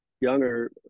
younger